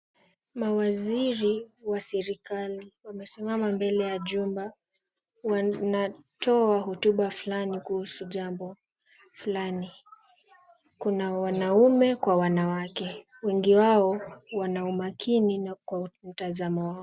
Mawaziri wa serikali wamesimama mbele ya jumba, wanatoa hotuba fulani kuhusu jambo fulani. Kuna wanaume kwa wanawake. Wengi wao wana umakini na kwa mtazamo wao.